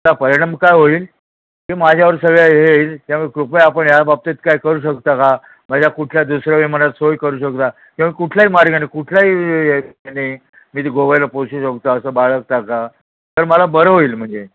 याचा परिणाम काय होईल की माझ्यावर सगळं हे येईल त्यामुळे कृपया आपण या बाबतीत काय करू शकता का माझ्या कुठल्या दुसऱ्या विमानात सोय करू शकता किंवा कुठल्याही मार्गाने कुठलाही ना मी तिथे गोव्याला पोचू शकतो असं बाळगता का तर मला बरं होईल म्हणजे